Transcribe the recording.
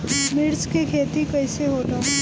मिर्च के खेती कईसे होला?